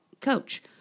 coach